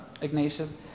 Ignatius